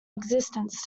existence